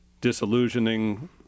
disillusioning